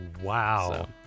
Wow